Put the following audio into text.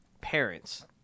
parents